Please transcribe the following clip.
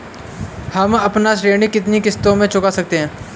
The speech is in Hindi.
हम अपना ऋण कितनी किश्तों में चुका सकते हैं?